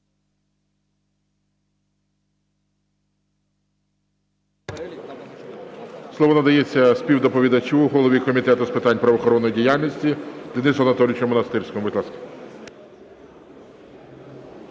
Слово надається співдоповідачу, голові Комітету з питань правоохоронної діяльності Денису Анатолійовичу Монастирському. Будь ласка.